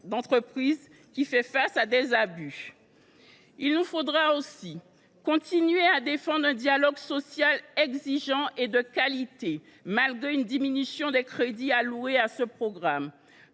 d’entreprise, qui fait l’objet d’abus. Il nous faudra aussi continuer à défendre un dialogue social exigeant et de qualité, malgré une diminution des crédits alloués à ce programme.